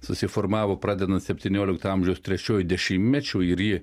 susiformavo pradedant septyniolikto amžiaus trečiuoju dešimtmečiu ir ji